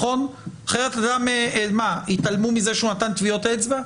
אחרת יתעלמו מזה שהוא נתן טביעות אצבע?